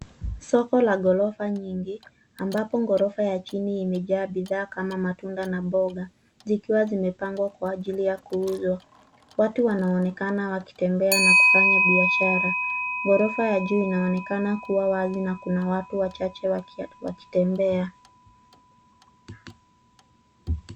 Soko la ghorofa nyingi ambapo ghorofa ya chini imejaa bidhaa kama matunda na mboga, zikiwa zimepangwa kwa ajili ya kuuzwa. Watu wanaonekana wakitembea na kufanya biashara. Ghorofa ya juu inaonekana kuwa wazi na kuna watu wachache wakitembea.